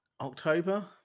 October